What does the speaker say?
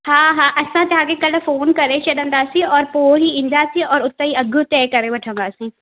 हा हा असां त खे कल्हि फ़ोन करे छॾींदासीं और पोइ ई ईंदासीं और हुतेई अघु तइ करे वठंदासीं